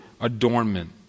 adornment